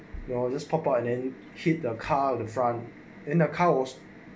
you're just park out and then hit the car the front in the car was